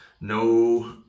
no